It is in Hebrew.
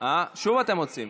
שוב אתם רוצים?